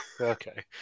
Okay